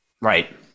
Right